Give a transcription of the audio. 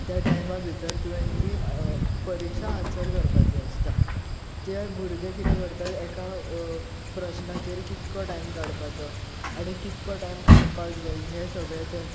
त्या टायमा भितर तुवेंन ती परिक्षा आन्सर करपाची आसता त्या भुरगे कितें करतात एका प्रस्नाचेर कितको टायम काडपाचो आनी कितको टायम काडपाक जाय हें सगळें ते